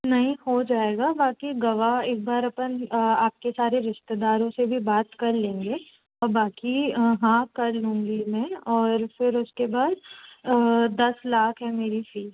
नहीं हो जाएगा बाकी गवाह एक बार अपन आपके सारे रिश्तेदारों से भी बात कर लेंगे और बाकी हाँ कर लूँगी मैं और फिर उसके बाद दस लाख है मेरी फ़ीस